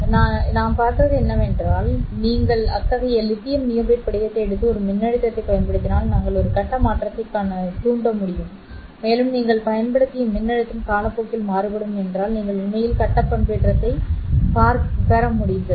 எனவே நாம் பார்த்தது என்னவென்றால் நீங்கள் அத்தகைய லித்தியம் நியோபேட் படிகத்தை எடுத்து ஒரு மின்னழுத்தத்தைப் பயன்படுத்தினால் நாங்கள் ஒரு கட்ட மாற்றத்தைத் தூண்ட முடியும் மேலும் நீங்கள் பயன்படுத்திய மின்னழுத்தம் காலப்போக்கில் மாறுபடும் என்றால் நீங்கள் உண்மையில் கட்ட பண்பேற்றத்தைப் பெற முடிந்தது